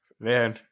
Man